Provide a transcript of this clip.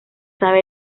sabe